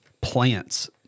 Plants